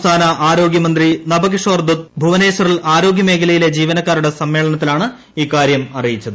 സംസ്ഥാന ആരോഗ്യമന്ത്രി നബ കിഷോർ ദദ് ഭുവനേശ്വരിൽ ആരോഗ്യ മേഖലയിലെ ജീവനക്കാരുടെ സമ്മേളനത്തിലാണ് ഇക്കാര്യം അറിയിച്ചത്